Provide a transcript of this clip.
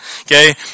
Okay